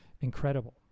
incredible